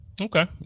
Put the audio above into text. Okay